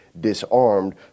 disarmed